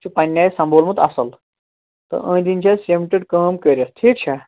چھُ پنٛنہِ آیہِ سمبولمُت اَصٕل تہٕ أنٛدۍ أنٛدۍ چھِ اَسہِ سیٖمٹٕڈ کٲم کٔرِتھ ٹھیٖک چھا